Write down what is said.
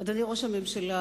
אדוני ראש הממשלה,